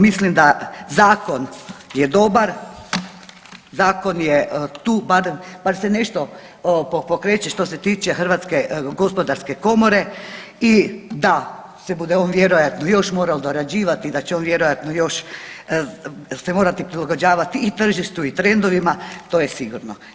Mislim da zakon je dobar, zakon je tu bar se nešto pokreće što se tiče Hrvatske gospodarske komore i da se bude on vjerojatno još morao dorađivati, da će on vjerojatno još se morati prilagođavati i tržištu i trendovima to je sigurno.